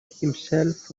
himself